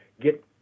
get